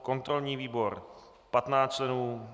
kontrolní výbor 15 členů